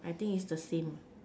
I think is the same